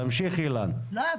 אילן, תמשיך.